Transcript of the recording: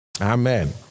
Amen